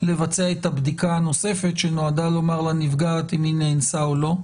לבצע את הבדיקה הנוספת שנועדה לומר לנפגעת אם היא נאנסה או לא.